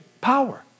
power